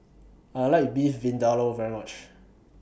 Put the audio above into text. I like Beef Vindaloo very much